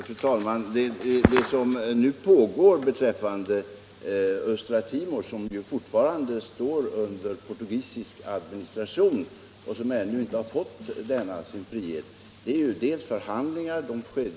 Fru talman! Vad som nu sker beträffande östra Timor — som fortfarande står under portugisisk administration och alltså ännu inte har fått sin frihet — är förhandlingar, som f.ö.